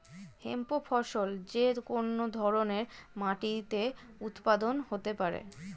hemp ফসল যে কোন ধরনের মাটিতে উৎপাদন হতে পারে